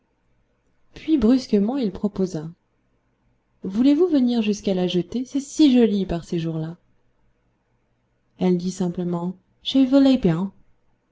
puis brusquement il proposa voulez-vous venir jusqu'à la jetée c'est si joli par ces jours-là elle dit simplement